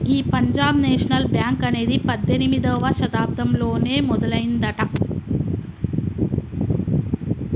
గీ Punjab National Bank అనేది పద్దెనిమిదవ శతాబ్దంలోనే మొదలయ్యిందట